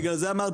בגלל זה אמרתי,